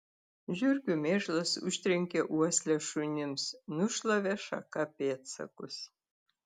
žiurkių mėšlas užtrenkė uoslę šunims nušlavė šaka pėdsakus